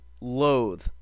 loathe